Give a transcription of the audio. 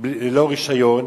ללא רשיון,